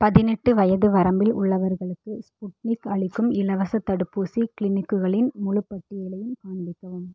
பதினெட்டு வயது வரம்பில் உள்ளவர்களுக்கு ஸ்புட்னிக் அளிக்கும் இலவசத் தடுப்பூசி கிளினிக்குகளின் முழுப் பட்டியலையும் காண்பிக்கவும்